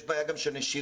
יש גם בעיה של נשירה.